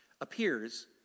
appears